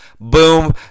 Boom